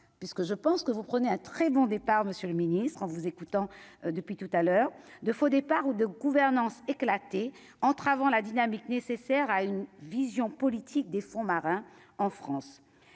puisque je pense que vous prenez un très bon départ, Monsieur le ministre, en vous écoutant, depuis tout à l'heure de faux départ ou de gouvernance éclaté entravant la dynamique nécessaire à une vision politique des fonds marins en France